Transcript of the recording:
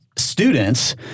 Students